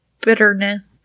bitterness